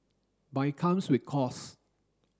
but it comes with costs